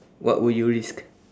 what would you risk